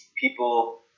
people